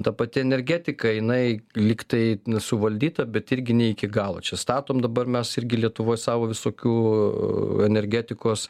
ta pati energetika jinai lygtai suvaldyta bet irgi ne iki galo čia statom dabar mes irgi lietuvoj savo visokių a energetikos